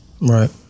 Right